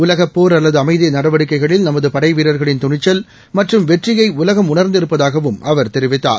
உலகப்போர் அல்லதுஅம்திநடவடிக்கைகளில் நமதுபடைவீரர்களின் துணிச்சல் மற்றும் வெற்றியைஉலகம் உணர்ந்திருப்பதாகவும் அவர் தெரிவித்தார்